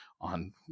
on